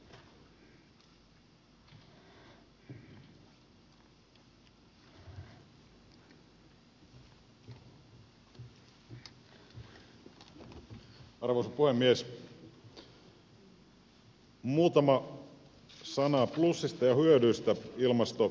muutama sana plussista ja hyödyistä ilmastolaissa